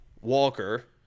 Walker